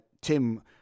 tim